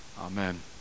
Amen